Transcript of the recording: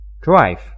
drive